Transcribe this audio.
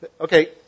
Okay